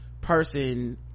person